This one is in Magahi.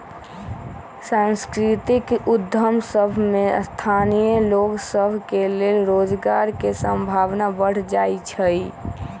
सांस्कृतिक उद्यम सभ में स्थानीय लोग सभ के लेल रोजगार के संभावना बढ़ जाइ छइ